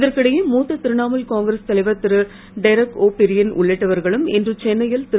இதற்கிடையே மூத்த திரிணாமுல் காங்கிரஸ் தலைவர் திருடெரக் ஒ பிரியன் உள்ளிட்டவர்களும் இன்று சென்னையில் திரு